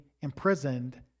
imprisoned